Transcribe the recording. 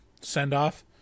send-off